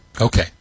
Okay